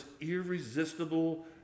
irresistible